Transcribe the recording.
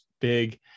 big